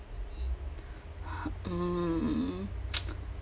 hmm